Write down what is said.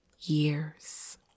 years